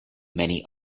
many